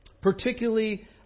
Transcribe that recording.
particularly